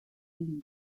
leeds